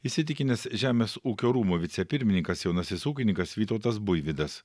įsitikinęs žemės ūkio rūmų vicepirmininkas jaunasis ūkininkas vytautas buivydas